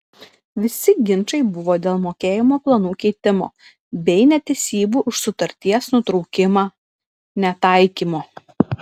visi ginčai buvo dėl mokėjimo planų keitimo bei netesybų už sutarties nutraukimą netaikymo